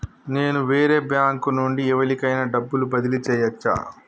నేను వేరే బ్యాంకు నుండి ఎవలికైనా డబ్బు బదిలీ చేయచ్చా?